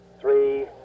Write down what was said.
three